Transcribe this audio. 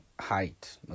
Height